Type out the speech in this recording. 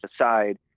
aside